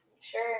Sure